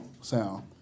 sound